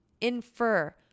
Infer